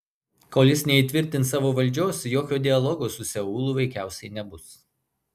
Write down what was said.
kol jis neįtvirtins savo valdžios jokio dialogo su seulu veikiausiai nebus